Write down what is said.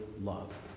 love